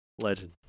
legend